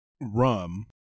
Rum